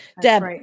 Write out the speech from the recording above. Deb